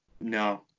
No